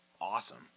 awesome